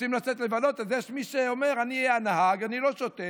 יש מי שאומר: אני אהיה הנהג, אני לא שותה,